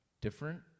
different